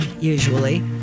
usually